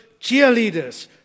cheerleaders